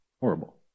Horrible